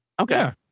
Okay